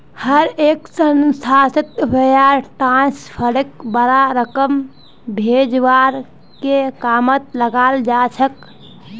हर एक संस्थात वायर ट्रांस्फरक बडा रकम भेजवार के कामत लगाल जा छेक